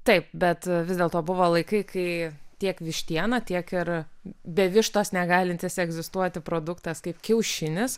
taip bet vis dėlto buvo laikai kai tiek vištiena tiek ir be vištos negalintis egzistuoti produktas kaip kiaušinis